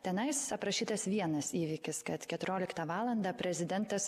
tenai aprašytas vienas įvykis kad keturioliktą valandą prezidentas